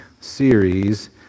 series